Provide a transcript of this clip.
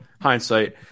hindsight